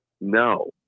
no